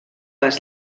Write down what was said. les